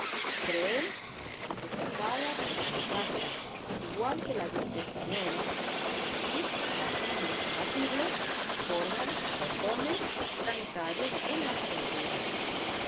creen que se propaga por contagio igual que la gripe española y a fin de combatirlo forman cordones sanitarios en las fronteras